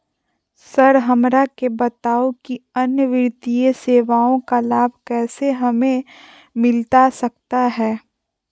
Sir हमरा के बताओ कि अन्य वित्तीय सेवाओं का लाभ कैसे हमें मिलता सकता है?